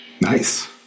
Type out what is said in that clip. Nice